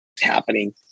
happening